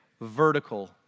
vertical